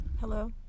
Hello